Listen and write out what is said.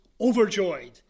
overjoyed